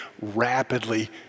rapidly